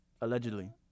allegedly